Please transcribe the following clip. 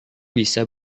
bisa